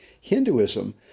Hinduism